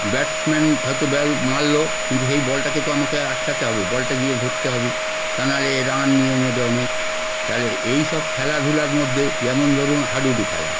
batsman হয়তো ball মারল কিন্তু সেই বলটাকে তো আমাকে আটকাতে হবে ওই বলটা গিয়ে ধরতে হবে তা না হলে রান নিয়ে নেবে অনেক তাহলে এই সব খেলাধুলার মধ্যে যেমন ধরুন হাডুডু খেলা